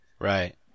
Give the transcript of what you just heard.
Right